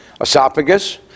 esophagus